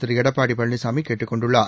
திருஎடப்பாடிபழனிசாமிகேட்டுக் கொண்டுள்ளார்